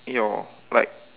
your like